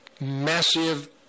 massive